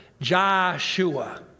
Joshua